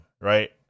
right